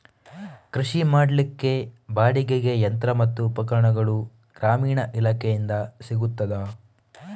ಕೃಷಿ ಮಾಡಲಿಕ್ಕೆ ಬಾಡಿಗೆಗೆ ಯಂತ್ರ ಮತ್ತು ಉಪಕರಣಗಳು ಗ್ರಾಮೀಣ ಇಲಾಖೆಯಿಂದ ಸಿಗುತ್ತದಾ?